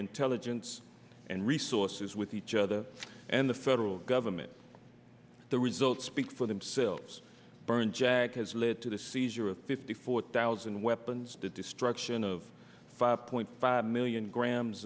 intelligence and resources with each other and the federal government the results speak for themselves burn jag has add to the seizure of fifty four thousand weapons the destruction of five point five million grams